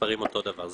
נספרים אותו הדבר.